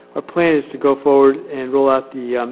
ah plan is to go forward and roll out the